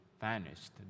vanished